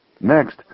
Next